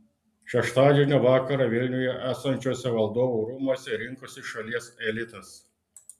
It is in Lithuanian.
šeštadienio vakarą vilniuje esančiuose valdovų rūmuose rinkosi šalie elitas